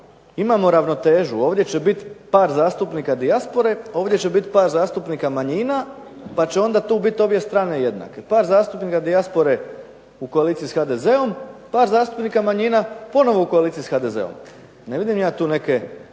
imamo ravnotežu, ovdje će bit par zastupnika dijaspore, ovdje će bit par zastupnika manjina, pa će onda tu bit obje strane jednake. Par zastupnika dijaspore u koaliciji s HDZ-om, par zastupnika manjina ponovo u koaliciji s HDZ-om. Ne vidim ja tu neke,